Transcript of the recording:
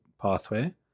pathway